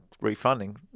refunding